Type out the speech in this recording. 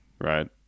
right